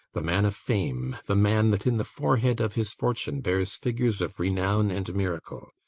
the man of fame, the man that in the forehead of his fortune bears figures of renown and miracle.